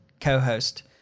co-host